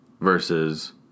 Versus